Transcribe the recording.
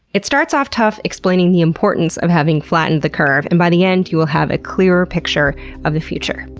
it starts out tough, explaining the importance of having flattened the curve, and by the end you will have a clearer picture of the future.